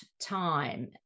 time